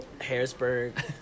Harrisburg